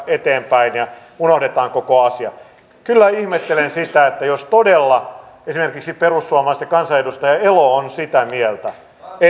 eteenpäin ja unohdetaan koko asia kyllä ihmettelen sitä jos todella esimerkiksi perussuomalaisten kansanedustaja elo on sitä mieltä